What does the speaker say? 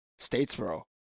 Statesboro